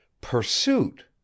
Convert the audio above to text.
Pursuit